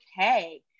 okay